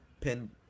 pin